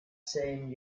same